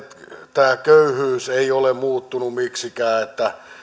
tämä köyhyys ei ole muuttunut miksikään että